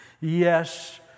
Yes